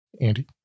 Andy